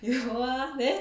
有 ah